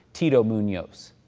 tito munoz.